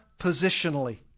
positionally